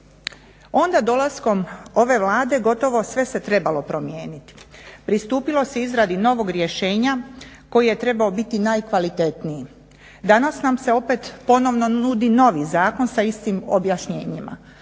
Onda dolaskom ove Vlade gotovo sve se trebalo promijeniti. Pristupilo se izradi novog rješenje koji je trebao biti najkvalitetniji. Danas nam se opet ponovno nudi novi zakon sa istim objašnjenjima.